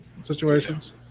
situations